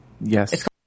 yes